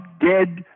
dead